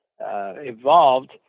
evolved